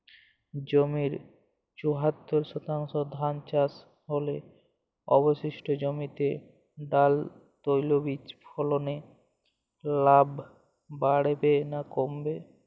জমির চুয়াত্তর শতাংশে ধান চাষ হলে অবশিষ্ট জমিতে ডাল তৈল বীজ ফলনে লাভ বাড়বে না কমবে?